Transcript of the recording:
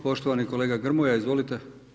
Poštovani kolega Grmoja, izvolite.